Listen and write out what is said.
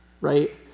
right